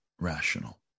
rational